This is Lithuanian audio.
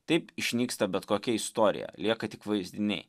taip išnyksta bet kokia istorija lieka tik vaizdiniai